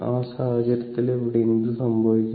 ആ സാഹചര്യത്തിൽ ഇവിടെ എന്ത് സംഭവിക്കും